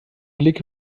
blick